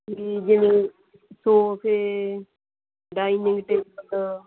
ਜੀ ਜਿਵੇਂ ਸੋਫੇ ਡਾਈਨਿੰਗ ਟੇਬਲ